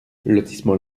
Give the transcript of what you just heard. lotissement